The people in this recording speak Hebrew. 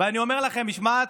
ואני אומר לכם, משמעת